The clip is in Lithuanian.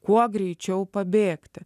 kuo greičiau pabėgti